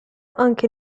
anche